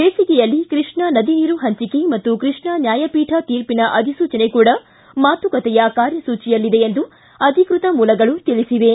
ಬೇಸಿಗೆಯಲ್ಲಿ ಕೃಷ್ಣ ನದಿ ನೀರು ಹಂಚಿಕೆ ಮತ್ತು ಕೃಷ್ಣ ನ್ಯಾಯಪೀಠ ತೀರ್ಪಿನ ಅಧಿಸೂಚನೆ ಕೂಡ ಮಾತುಕತೆಯ ಕಾರ್ಯಸೂಚಿಯಲ್ಲಿದೆ ಎಂದು ಅಧಿಕ್ಷತ ಮೂಲಗಳು ತಿಳಿಸಿವೆ